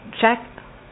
Check